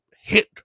hit